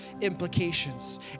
implications